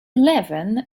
eleven